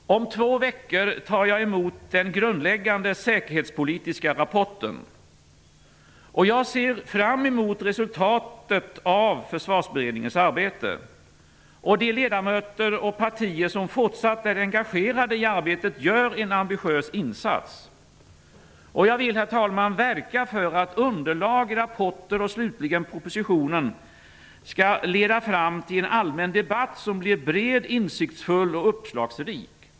Om två veckor tar jag emot den grundläggande säkerhetspolitiska rapporten. Jag ser fram emot resultatet av försvarsberedningens arbete. De ledamöter och partier som är fortsatt engagerade i arbetet gör en ambitiös insats. Jag vill, herr talman, verka för att underlagen, rapporterna och slutligen propositionen skall leda fram till en allmän debatt som blir bred, insiktsfull och uppslagsrik.